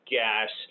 gas